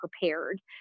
prepared